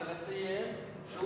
אבל לשלם כסף בשביל לחסוך את האסון,